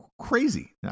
Crazy